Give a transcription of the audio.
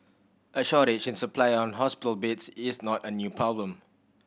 a shortage in supply on hospital beds is not a new problem